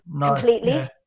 completely